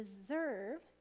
deserve